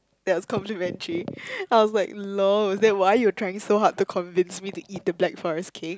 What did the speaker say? that was complimentary I was like lol is that why you were trying so hard to convince me to eat the black forest cake